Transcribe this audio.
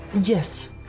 Yes